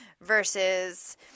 versus